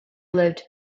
lived